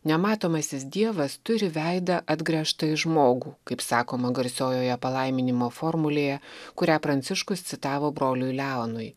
nematomasis dievas turi veidą atgręžtą į žmogų kaip sakoma garsiojoje palaiminimo formulėje kurią pranciškus citavo broliui leonui